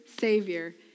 Savior